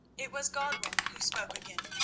it was godwin who spoke again,